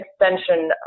extension